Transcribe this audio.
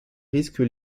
risques